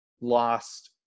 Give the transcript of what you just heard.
lost